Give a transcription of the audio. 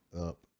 up